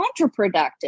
counterproductive